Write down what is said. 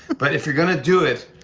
but if you're gonna do it,